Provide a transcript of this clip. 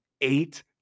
eight